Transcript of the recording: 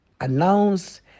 announce